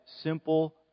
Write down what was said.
simple